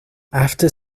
after